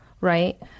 right